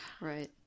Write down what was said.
Right